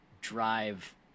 drive